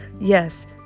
Yes